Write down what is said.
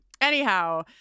anyhow